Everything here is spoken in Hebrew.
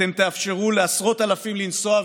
אתם תאפשרו לעשרות אלפים לנסוע,